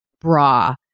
bra